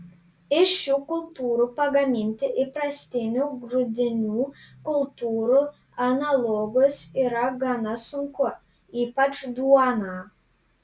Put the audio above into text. iš šių kultūrų pagaminti įprastinių grūdinių kultūrų analogus yra gana sunku ypač duoną